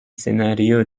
سناریو